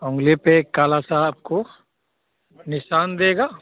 ऊँगली पर एक काला सा आपको निशान देगा